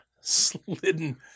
slidden